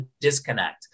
disconnect